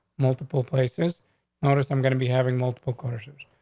multiple places notice i'm gonna be having multiple cars.